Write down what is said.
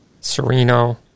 Sereno